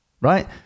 right